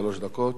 שלוש דקות.